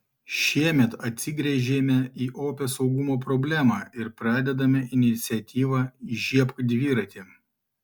šiemet atsigręžėme į opią saugumo problemą ir pradedame iniciatyvą įžiebk dviratį